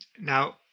Now